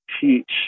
teach